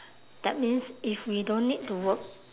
that means if we don't need to work